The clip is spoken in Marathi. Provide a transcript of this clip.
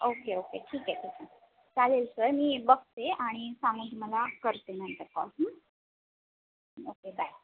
ओके ओके ठीक आहे ठीक आहे चालेल सर मी बघते आणि सांगून तुम्हाला करते नंतर कॉल ओके बाय